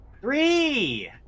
Three